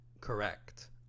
Correct